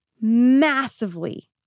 massively